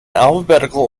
alphabetical